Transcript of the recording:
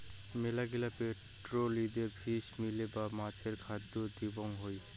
মেলাগিলা পোল্ট্রিদের fish meal বা মাছের খাদ্য দিবং হই